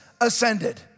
ascended